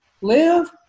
live